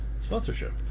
sponsorship